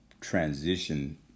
transition